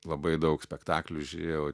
labai daug spektaklių žiūrėjau